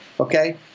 Okay